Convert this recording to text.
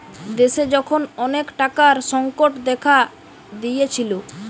দেশে যখন অনেক টাকার সংকট দেখা দিয়েছিলো